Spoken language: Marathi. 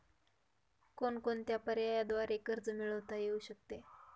कोणकोणत्या पर्यायांद्वारे कर्ज मिळविता येऊ शकते?